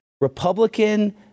Republican